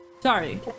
Sorry